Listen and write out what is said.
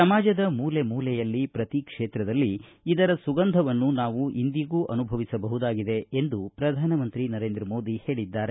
ಸಮಾಜದ ಮೂಲೆ ಮೂಲೆಯಲ್ಲಿ ಪ್ರತಿ ಕ್ಷೇತ್ರದಲ್ಲಿ ಇದರ ಸುಗಂಧವನ್ನು ನಾವು ಇಂದಿಗೂ ಅನುಭವಿಸಬಹುದಾಗಿದೆ ಎಂದು ಪ್ರಧಾನ ಮಂತ್ರಿ ನರೇಂದ್ರ ಮೋದಿ ಹೇಳಿದ್ದಾರೆ